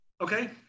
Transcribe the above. okay